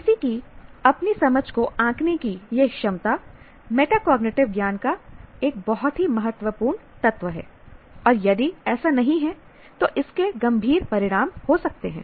किसी की अपनी समझ को आंकने की यह क्षमतामेटाकॉग्निटिव ज्ञान का एक बहुत ही महत्वपूर्ण तत्व है और यदि ऐसा नहीं है तो इसके गंभीर परिणाम हो सकते हैं